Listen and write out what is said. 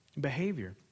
behavior